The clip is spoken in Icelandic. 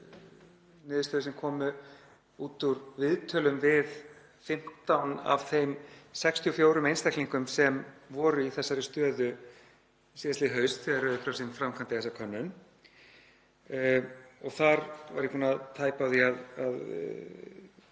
niðurstöðum sem komu út úr viðtölum við 15 af þeim 64 einstaklingum sem voru í þessari stöðu síðastliðið haust þegar Rauði krossinn framkvæmdi þessa könnun. Þar var ég búinn að tæpa á því að